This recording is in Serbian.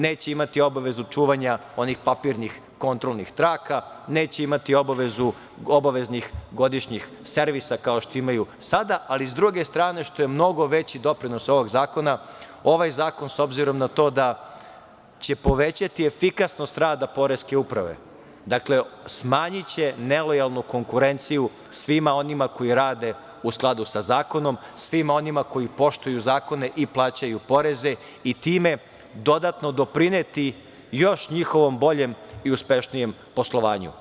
Neće imati obavezu čuvanja onih papirnih kontrolnih traka, neće imati obaveznih godišnjih servisa, kao što imaju sada, ali, s druge strane, što je mnogo veći doprinos ovog zakona, ovaj zakon, s obzirom na to da će povećati efikasnost rada poreske uprave, smanjiće nelojalnu konkurenciju svima onima koji rade u skladu sa zakonom, svima onima koji poštuju zakone i plaćaju poreze i time dodatno doprineti još njihovom boljem i uspešnijem poslovanju.